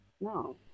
no